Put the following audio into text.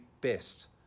best